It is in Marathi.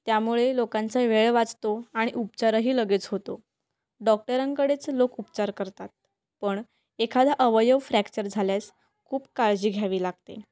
त्यामुळे लोकांचा वेळ वाचतो आणि उपचारही लगेच होतो डॉक्टरांकडेच लोक उपचार करतात पण एखादा अवयव फ्रॅक्चर झाल्यास खूप काळजी घ्यावी लागते